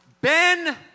Ben